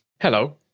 Hello